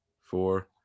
four